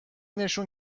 نشون